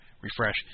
Refresh